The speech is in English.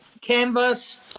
canvas